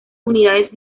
unidades